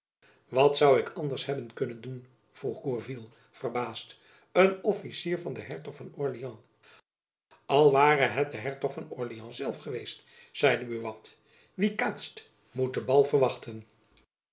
wat zoû ik anders hebben kunnen doen vroeg gourville verbaasd een officier van den hertog van orleans al ware het de hertog van orleans zelf geweest zeide buat wie kaatst moet den bal verwachten